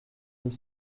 deux